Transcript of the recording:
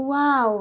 wow